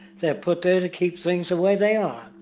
they are put there, to keep things the way they are.